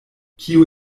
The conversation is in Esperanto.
kio